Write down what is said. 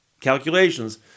calculations